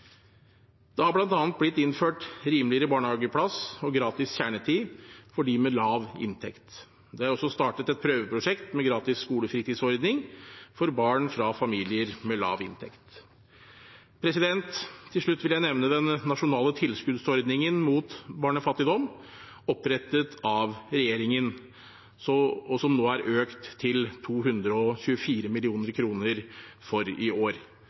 Det har bl.a. blitt innført rimeligere barnehageplass og gratis kjernetid for dem med lav inntekt. Det er også startet et prøveprosjekt med gratis skolefritidsordning for barn fra familier med lav inntekt. Til slutt vil jeg nevne den nasjonale tilskuddsordningen mot barnefattigdom, opprettet av regjeringen, som nå er økt til 224 mill. kr for i år.